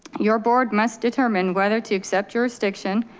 your board must determine whether to accept jurisdiction,